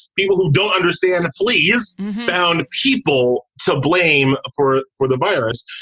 people who don't understand the police found people. so blame for for the virus.